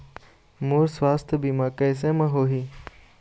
मोर सुवास्थ बीमा कैसे म होही?